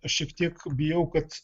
aš šiek tiek bijau kad